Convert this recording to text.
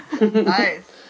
Nice